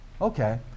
Okay